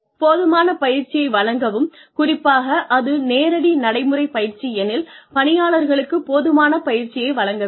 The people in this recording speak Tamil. போதுமான பயிற்சியை வழங்கவும் குறிப்பாக அது நேரடி நடைமுறை பயிற்சி எனில் பணியாளர்களுக்கு போதுமான பயிற்சியை வழங்க வேண்டும்